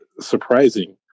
surprising